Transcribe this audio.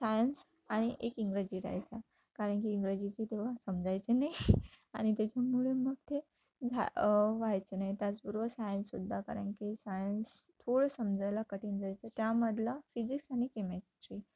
science आणि एक इंग्रजी राहायचा कारण की इंग्रजीची तेव्हा समजायचे नाही आणि त्याच्यामुळे मग तेव्हा व्हायचं नाही त्याचबरोबर सायन्ससुद्धा कारण की सायन्स थोडं समजायला कठीण जायचं त्यामधला फिजिक्स आणि केमेस्ट्री